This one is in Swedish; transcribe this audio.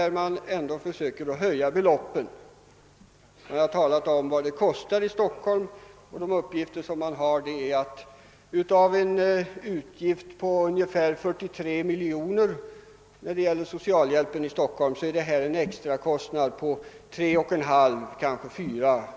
De uppgifter man har om kostnaderna i Stockholm visar att denna verksamhet drar en extra kostnad på 3,5—4 miljoner kronor, medan de sammanlagda utgifterna för socialhjälpen i Stockholm uppgår till 43